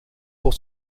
pour